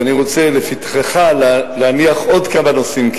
אז אני רוצה לפתחך להניח עוד כמה נושאים,